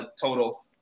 total